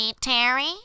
terry